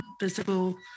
visible